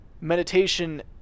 meditation